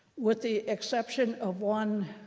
with the exception of one